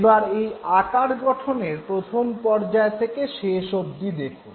এবার এই আকার গঠনের প্রথম পর্যায় থেকে শেষ অব্দি দেখুন